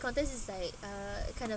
contest is like uh kind of